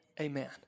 Amen